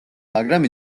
მაგრამ